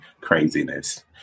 craziness